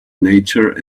nature